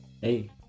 Hey